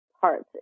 parts